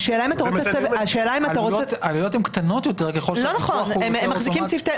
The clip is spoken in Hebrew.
העלויות הן קטנות יותר ככל שהפיקוח הוא יותר אוטומטי.